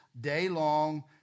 day-long